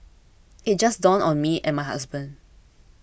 it just dawned on me and my husband